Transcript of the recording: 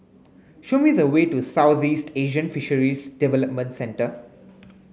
show me the way to Southeast Asian Fisheries Development Centre